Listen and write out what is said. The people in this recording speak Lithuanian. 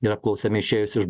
yra apklausiami išėjus iš